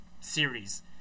series